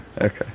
Okay